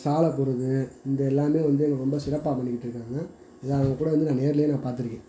சாலை போடுறது இந்த எல்லாமே வந்து ரொம்ப சிறப்பாக பண்ணிக்கிட்டுருக்குறாங்க இதை அவுங்க கூட வந்து நான் நேரிலயே நான் பார்த்துருக்கேன்